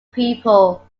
people